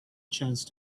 chance